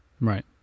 Right